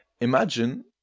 imagine